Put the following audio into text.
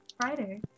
Friday